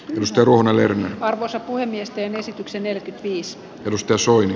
nostan runollinen arvonsa puhemiesten esityksen eli viis edusti osuin